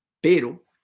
Pero